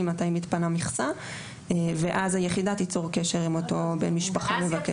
מתי מתפנה מכסה ואז היחידה תיצור קשר עם אותו בן משפחה מבקש.